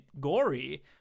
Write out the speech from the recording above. gory